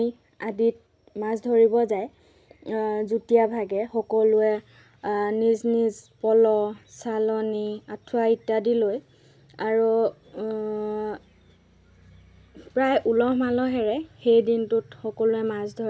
পানী বেয়া থাকিলে পানী ভাল হৈ যায় ভাল হ'লে মাছৰ কাৰণে বহুত ভাল ভাল আধাৰ হৈ যায় আধাৰ আধাৰ হৈ যায় মাছে ভালকে অ'ক্সিজেন ল'ব পাৰে পানী বেয়া থাকিলে পানী বেয়া থাকিলে অ'ক্সিজেন ল'ব নোৱাৰে তাৰপিছত